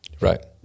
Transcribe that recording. Right